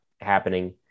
happening